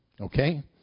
Okay